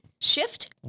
Shift